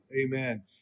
Amen